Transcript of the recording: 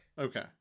Okay